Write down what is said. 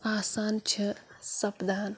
آسان چھِ سَپدان